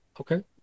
Okay